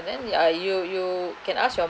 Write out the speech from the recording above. then the ah you you can ask your